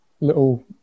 little